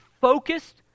focused